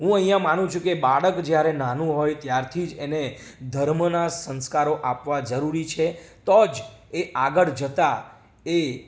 હું અહીંયા માનું છે કે બાળક જ્યારે નાનું હોય ત્યારથી જ એને ધર્મના સંસ્કારો આપવા જરૂરી છે તો જ એ આગળ જતાં એ